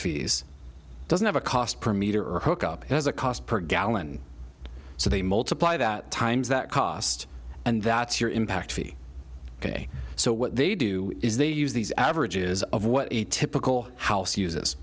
fees doesn't have a cost per meter or hook up as a cost per gallon so they multiply that times that cost and that's your impact fee ok so what they do is they use these average is of what a typical house uses